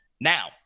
Now